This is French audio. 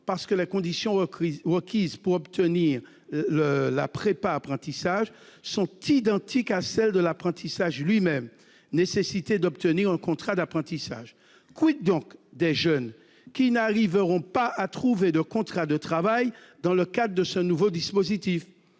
parce que les conditions requises pour obtenir la « prépa apprentissage » sont identiques à celles de l'apprentissage lui-même- nécessité d'obtenir un contrat d'apprentissage. donc des jeunes qui n'arriveront pas à trouver de contrat de travail dans le cadre de ce nouveau dispositif ?